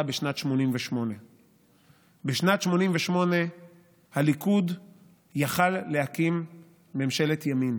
בשנת 1988. בשנת 1988 הליכוד יכול היה להקים ממשלת ימין.